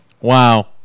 Wow